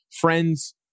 friends